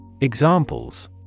Examples